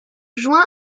joint